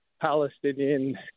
Palestinian